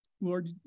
Lord